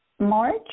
March